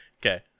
Okay